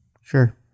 Sure